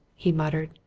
he muttered.